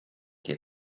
dir